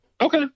Okay